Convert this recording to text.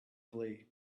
flee